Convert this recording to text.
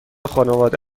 خانواده